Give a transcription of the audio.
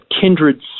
kindred